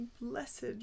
blessed